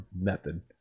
method